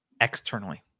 externally